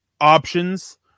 options